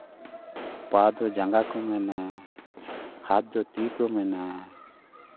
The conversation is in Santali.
ᱯᱟ ᱫᱚ ᱡᱟᱸᱜᱟ ᱠᱚ ᱢᱮᱱᱟ ᱦᱟᱛ ᱫᱚ ᱛᱤ ᱠᱚ ᱢᱮᱱᱟ